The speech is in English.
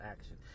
action